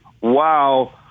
wow